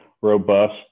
robust